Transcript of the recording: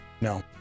No